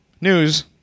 news